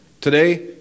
Today